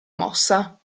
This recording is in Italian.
mossa